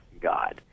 God